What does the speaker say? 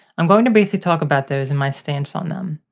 i'm going to briefly talk about those and my stance on them.